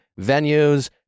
venues